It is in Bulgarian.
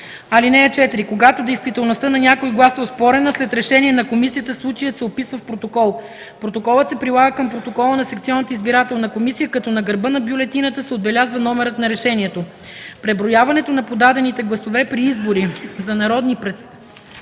комисия. (4) Когато действителността на някой глас е оспорена, след решение на комисията случаят се описва в протокол. Протоколът се прилага към протокола на секционната избирателна комисия, като на гърба на бюлетината се отбелязва номерът на решението. Преброяване на подадените гласове при избори за народни представители